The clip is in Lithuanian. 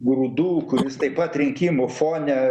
grūdų kuris taip pat rinkimų fone